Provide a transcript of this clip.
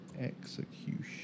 execution